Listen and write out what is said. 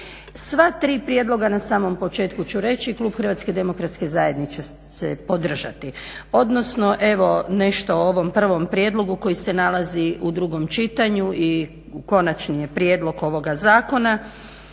Sva tri prijedloga na samom početku ću reći Klub HDZ-a će podržati. Odnosno nešto o ovom prvom prijedlogu koji se nalazi u drugom čitanju i konačni je prijedlog ovog zakona.